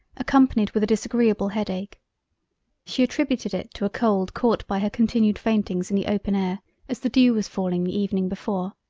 accompanied with a disagreable head-ake she attributed it to a cold caught by her continued faintings in the open air as the dew was falling the evening before.